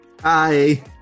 Hi